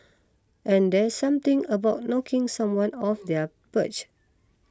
and there's something about knocking someone off their perch